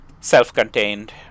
self-contained